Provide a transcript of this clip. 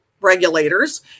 regulators